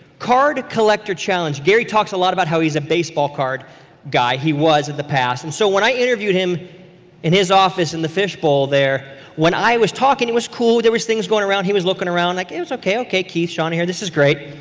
card collector challenge. gary talks a lot about how he's a baseball card guy, he was the past and so when i interviewed him in his office in the fish bowl there, when i was talking it was cool. there was things going around, he was looking around. i'm like, it was okay, okay, keith, sean are here, this is great.